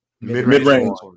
Mid-range